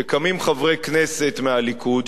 שקמים חברי כנסת מהליכוד,